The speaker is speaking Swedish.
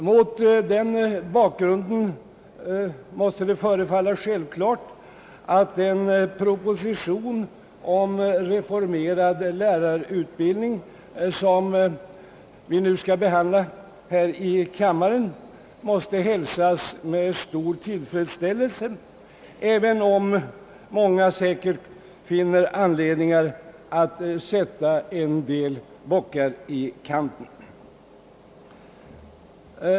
Mot den bakgrunden måste självklart den proposition om reformerad lärarutbildning som vi nu skall behandla här i kammaren hälsas med stor tillfredsställelse, även om många säkert finner anledningar att sätta en del bockar i kanten.